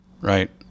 right